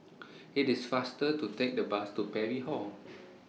IT IS faster to Take The Bus to Parry Hall